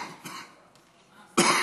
אדוני היושב-ראש,